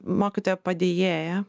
mokytojo padėjėją